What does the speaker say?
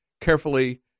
carefully